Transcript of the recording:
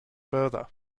further